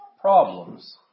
problems